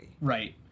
right